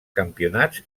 campionats